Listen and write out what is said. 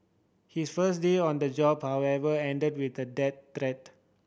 his first day on the job however ended with a death threat